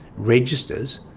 registers,